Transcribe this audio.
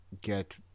get